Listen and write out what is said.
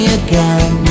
again